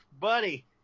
buddy